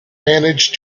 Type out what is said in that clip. manage